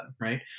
Right